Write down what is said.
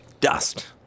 dust